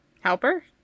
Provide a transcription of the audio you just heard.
Helper